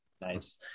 Nice